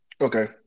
Okay